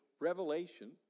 revelation